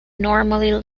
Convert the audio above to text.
normally